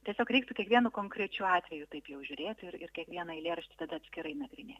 tiesiog reiktų kiekvienu konkrečiu atveju taip jau žiūrėti ir ir kiekvieną eilėraštį tada atskirai nagrinėt